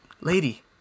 lady